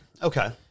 Okay